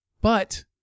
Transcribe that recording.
but-